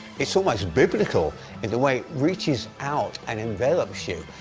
it's almost biblical in the way it reaches out and envelops you.